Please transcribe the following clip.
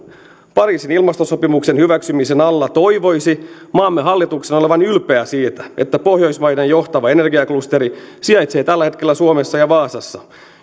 pariisin ilmastosopimuksen hyväksymisen alla toivoisi maamme hallituksen olevan ylpeä siitä että pohjoismaiden johtava energiaklusteri sijaitsee tällä hetkellä suomessa ja vaasassa